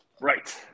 Right